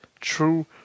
true